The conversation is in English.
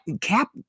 Cap